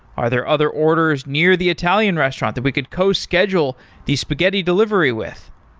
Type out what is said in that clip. are there other orders near the italian restaurant that we could co-schedule the spaghetti delivery with?